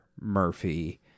Murphy